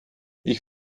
ich